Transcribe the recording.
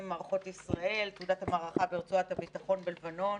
במערכות ישראל (תעודת המערכה ברצועת הביטחון בלבנון),